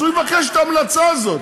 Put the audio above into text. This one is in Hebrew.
אז הוא יבקש את ההמלצה הזאת,